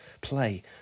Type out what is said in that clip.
play